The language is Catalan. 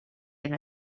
era